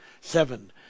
seven